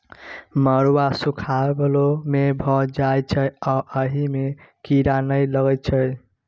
मरुआ सुखलो मे भए जाइ छै आ अहि मे कीरा नहि लगै छै